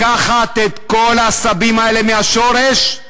לקחת את כל העשבים האלה משורש,